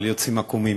אבל הם יוצאים עקומים.